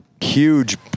Huge